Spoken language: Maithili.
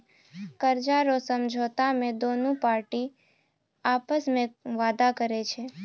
कर्जा रो समझौता मे दोनु पार्टी आपस मे वादा करै छै